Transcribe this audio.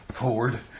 Ford